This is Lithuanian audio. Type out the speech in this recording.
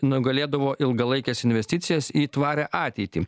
nugalėdavo ilgalaikes investicijas į tvarią ateitį